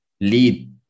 lead